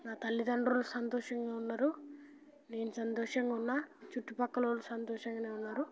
నా తల్లిదండ్రులు సంతోషంగా ఉన్నారు నేను సంతోషంగా ఉన్నాను చుట్టుపక్కన వాళ్ళు సంతోషంగా ఉన్నారు